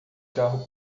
carro